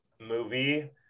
movie